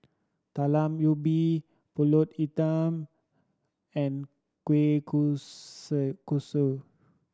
Talam Ubi Pulut Hitam and kueh kosui